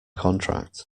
contract